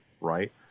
right